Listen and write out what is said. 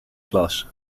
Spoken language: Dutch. klas